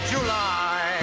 July